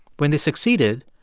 when they succeeded,